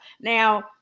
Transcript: Now